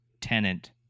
Tenant